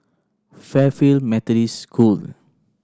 Fairfield Methodist School